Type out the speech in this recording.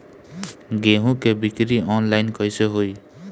गेहूं के बिक्री आनलाइन कइसे होई?